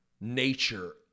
nature